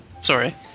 Sorry